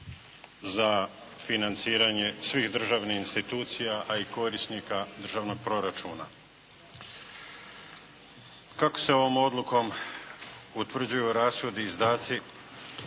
za financiranje svih državnih institucija a i korisnika državnog proračuna. Kako se ovom odlukom utvrđuju rashodi i izdaci